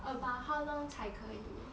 about how long 才可以